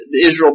Israel